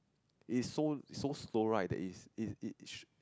its so so slow right that it it it should